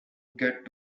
get